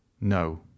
No